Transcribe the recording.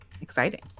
Exciting